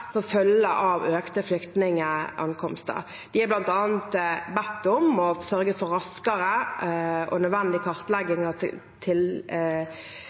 som følge av økte flyktningankomster. De er bl.a. bedt om å sørge for raskere og